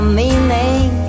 meaning